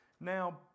Now